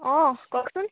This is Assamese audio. অ কওকচোন